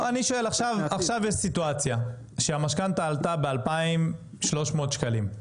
עכשיו יש סיטואציה שהמשכנתא עלתה ב-2,300 שקלים.